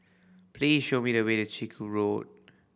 please show me the way Chiku Road